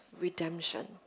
redemption